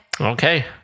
okay